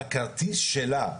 הכרטיס שלה,